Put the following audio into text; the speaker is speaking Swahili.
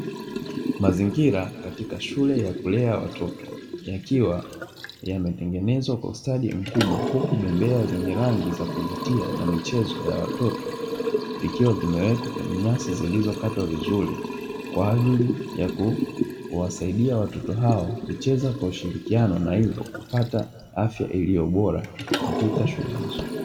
Mazingira katika shule ya kulea watoto, yakiwa yametengenezwa kwa ustadi mkubwa, huku bembea zenye rangi za kuvutia na michezo ya watoto vikiwa vimewekwa kwenye nyasi zilizokatwa vizuri, kwa ajili ya kuwasaidia watoto hao kucheza kwa ushirikiano na hivyo kupata afya iliyobora katika shule hizo.